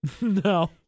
No